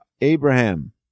Abraham